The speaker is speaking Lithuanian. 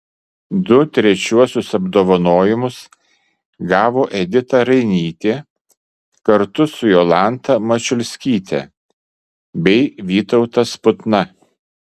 du trečiuosius apdovanojimus gavo edita rainytė kartu su jolanta mačiulskyte bei vytautas putna